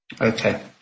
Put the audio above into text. Okay